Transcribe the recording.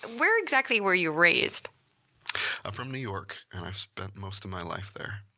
where exactly where you raised? i'm from new york and i spent most of my life there.